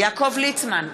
יעקב ליצמן,